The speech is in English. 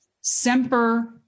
Semper